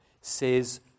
says